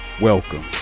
welcome